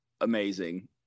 amazing